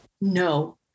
no